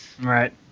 right